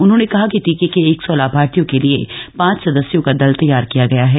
उन्होंने कहा कि टीके के एक सौ लाभार्थियों के लिए पांच सदस्यों का दल तैयार किया गया है